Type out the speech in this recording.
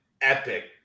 epic